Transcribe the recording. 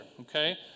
okay